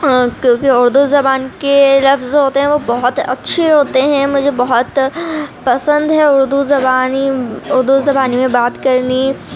کیوں کہ اُردو زبان کے لفظ جو ہوتے ہیں وہ بہت اچھے ہوتے ہیں مجھے بہت پسند ہے اُردو زبانی اُردو زبانی میں بات کرنی